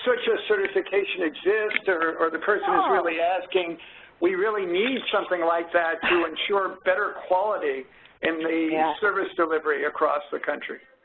so certification exist or or the person is really asking we really need something like that to ensure better quality in the and service delivery across the country.